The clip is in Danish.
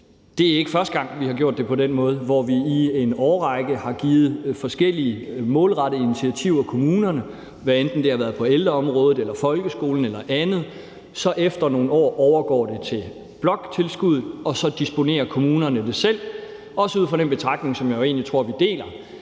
Det er ikke første gang, at vi har gjort det på den måde, hvor vi i en årrække har lavet forskellige målrettede initiativer til kommunerne, hvad enten det har været på ældreområdet eller folkeskoleområdet eller andet, og så overgår det efter nogle år til bloktilskuddet, og så disponerer kommunerne selv over det – også ud fra den betragtning, som jeg egentlig tror vi deler,